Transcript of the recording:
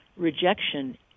Rejection